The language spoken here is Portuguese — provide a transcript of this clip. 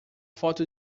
foto